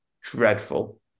dreadful